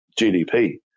GDP